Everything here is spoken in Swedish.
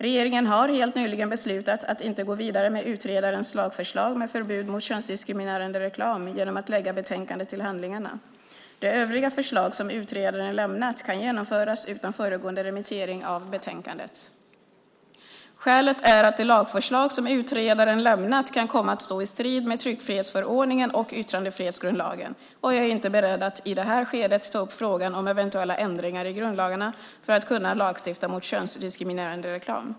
Regeringen har helt nyligen beslutat att inte gå vidare med utredarens lagförslag med förbud mot könsdiskriminerande reklam genom att lägga betänkandet till handlingarna. De övriga förslag som utredaren lämnat kan genomföras utan föregående remittering av betänkandet. Skälet är att det lagförslag som utredaren lämnat kan komma att stå i strid med tryckfrihetsförordningen och yttrandefrihetsgrundlagen, och jag är inte beredd att i det här skedet ta upp frågan om eventuella ändringar i grundlagarna för att kunna lagstifta mot könsdiskriminerande reklam.